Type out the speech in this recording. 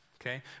okay